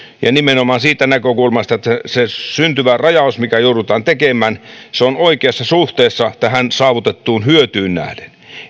ja nimenomaan siitä näkökulmasta että se syntyvä rajaus mikä joudutaan tekemään on oikeassa suhteessa tähän saavutettuun hyötyyn nähden